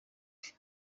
ifite